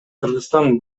кыргызстан